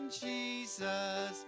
Jesus